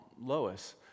Lois